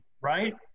right